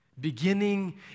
Beginning